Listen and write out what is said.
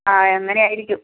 ആഹ് അങ്ങനെയായിരിക്കും